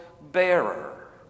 bearer